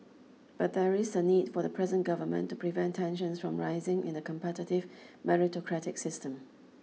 but there is a need for the present government to prevent tensions from rising in the competitive meritocratic system